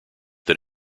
that